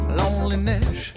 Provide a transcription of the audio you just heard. loneliness